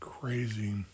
crazy